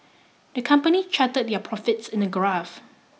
the company charted their profits in a graph